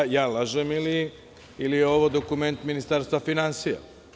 Jel ja lažem ili ovo je dokument Ministarstva finansija?